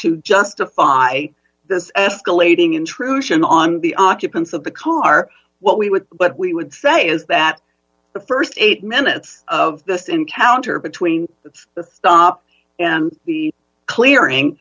to justify this escalating intrusion on the occupants of the car what we would but we would say is that the st eight minutes of this encounter between the stop and the clearing